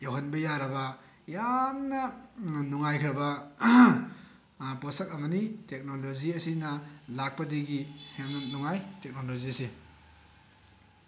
ꯌꯧꯍꯟꯕ ꯌꯥꯔꯕ ꯌꯥꯝꯅ ꯅꯨꯡꯉꯥꯏꯈ꯭ꯔꯕ ꯄꯣꯠꯁꯛ ꯑꯃꯅꯤ ꯇꯦꯛꯅꯣꯂꯣꯖꯤ ꯑꯁꯤꯅ ꯂꯥꯛꯄꯗꯒꯤ ꯌꯥꯝꯅ ꯅꯨꯡꯉꯥꯏ ꯇꯦꯛꯅꯣꯂꯣꯖꯤꯁꯦ